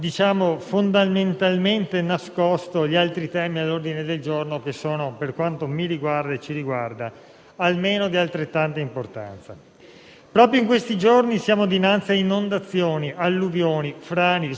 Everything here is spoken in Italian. Proprio in questi giorni siamo dinanzi a inondazioni, alluvioni, frane, smottamenti, tempeste, acqua alta a Venezia. Se non interveniamo, è del tutto evidente che sarà ancora peggio di così.